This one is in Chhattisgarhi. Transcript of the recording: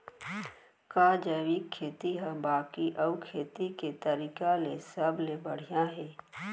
का जैविक खेती हा बाकी अऊ खेती के तरीका ले सबले बढ़िया हे?